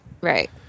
right